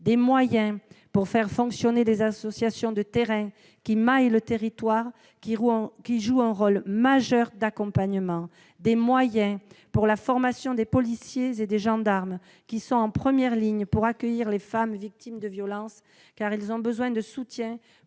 des moyens pour faire fonctionner les associations de terrain, qui maillent le territoire et jouent un rôle majeur d'accompagnement ; des moyens pour la formation des policiers et des gendarmes, qui sont en première ligne pour accueillir les femmes victimes de violences, car ils ont besoin de soutien